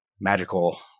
magical